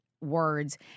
words